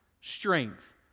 strength